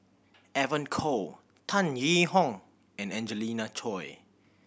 Evon Kow Tan Yee Hong and Angelina Choy